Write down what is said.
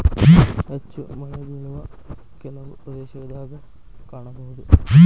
ಹೆಚ್ಚಾಗಿ ಮಳೆಬಿಳುವ ಕೆಲವು ಪ್ರದೇಶದಾಗ ಕಾಣಬಹುದ